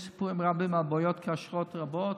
יש סיפורים רבים על בעיות כשרות רבות,